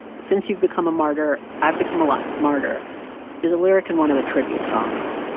since you've become a martyr, i've become a lot smarter is a lyric in one of the tribute songs.